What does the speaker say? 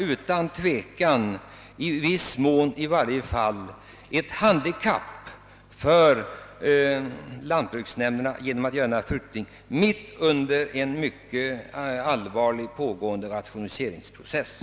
Utan tvivel kommer det att innebära ett visst handikapp för lantbruksnämnderna att göra denna flyttning mitt under en pågående rationaliseringsprocess av mycket omfattande slag.